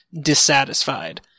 dissatisfied